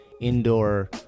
indoor